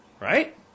right